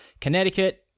Connecticut